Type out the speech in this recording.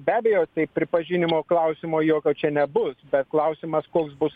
be abejo tai pripažinimo klausimo jokio čia nebus bet klausimas koks bus